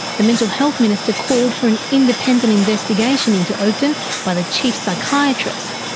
the mental health minister called for an independent investigation into oakden by the chief psychiatrist,